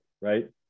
right